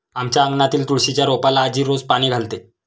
आमच्या अंगणातील तुळशीच्या रोपाला आजी रोज पाणी घालते